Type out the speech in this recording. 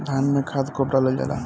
धान में खाद कब डालल जाला?